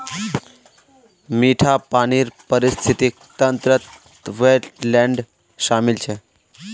मीठा पानीर पारिस्थितिक तंत्रत वेट्लैन्ड शामिल छ